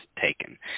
taken